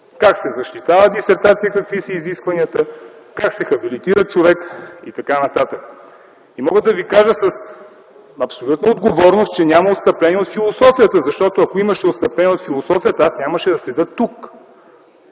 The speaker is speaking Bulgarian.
как се защитава дисертация, какви са изискванията, как се хабилитира човек и т.н. Мога да Ви кажа с абсолютна отговорност, че няма отстъпление от философията, защото ако имаше отстъпления от философията аз нямаше да седя тук.